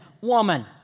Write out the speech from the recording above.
woman